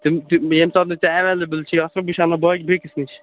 تِم تہِ ییٚمہِ ساتہٕ نہٕ ژےٚ ایٚوَلیبٕل چھُے آسان بہٕ چھُس آنان بیٚیِس نِش